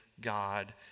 God